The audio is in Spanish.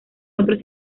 otros